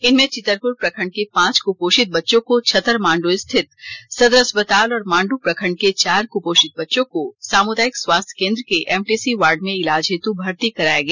इनमें चितरपुर प्रखंड के पांच कपोषित बच्चों को छतर मांडू स्थित सदर अस्पताल और मांडू प्रखंड के चार क्पोषित बच्चों को सामुदायिक स्वास्थ्य केंद्र के एमटीसी वार्ड में इलाज हेतु भर्ती कराया गया